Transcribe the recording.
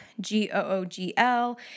G-O-O-G-L